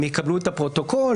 הם יקבלו את הפרוטוקול?